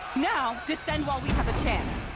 now, descend while we have a chance.